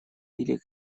или